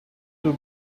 too